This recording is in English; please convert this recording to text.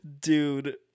dude